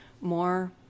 more